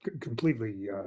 completely